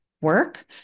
work